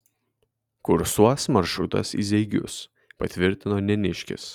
kursuos maršrutas į zeigius patvirtino neniškis